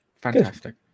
Fantastic